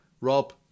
Rob